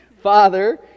father